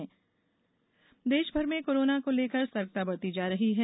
corona देशभर में corona को लेकर सतर्कता बरती जा रही है